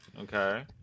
Okay